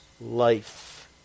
life